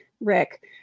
Rick